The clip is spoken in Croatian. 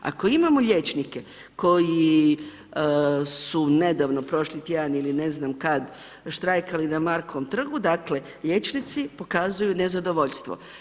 Ako imamo liječnike koji su nedavno, prošli tjedan ili ne znam kad, štrajkali na Markovom trgu, dakle liječnici pokazuju nezadovoljstvo.